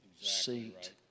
seat